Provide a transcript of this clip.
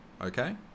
Okay